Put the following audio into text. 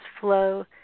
flow